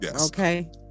Okay